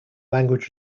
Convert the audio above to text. language